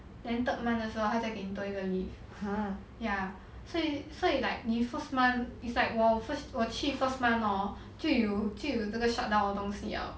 then third month 的时候他才给你多一个 leave ya 所以所以 like 你 first month it's like 我去 first month hor 就有这个 shutdown 的东西 liao